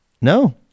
No